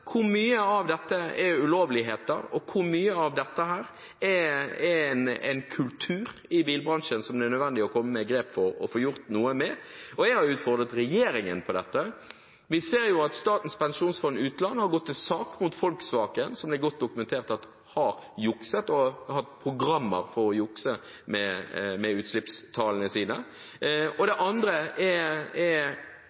er en kultur i bilbransjen – som det er nødvendig å ta grep for å få gjort noe med. Jeg har utfordret regjeringen på dette. Vi ser jo at Statens pensjonsfond utland har gått til sak mot Volkswagen, som det er godt dokumentert har jukset, og som har hatt programmer for å jukse med utslippstallene sine. Det andre er: Hvem er det